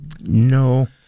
No